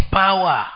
power